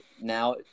now